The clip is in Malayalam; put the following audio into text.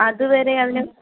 അതുവരെ അതിന്